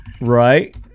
Right